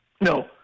No